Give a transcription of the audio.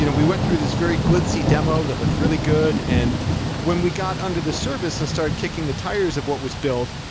you know we went through this very glitzy demo that looked really good and when we got under the service and start kicking the tires of what was built,